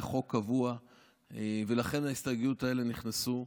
חוק קבוע ולכן ההסתייגויות האלה נכנסו.